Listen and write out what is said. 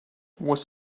was